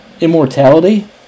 immortality